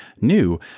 new